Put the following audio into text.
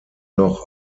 noch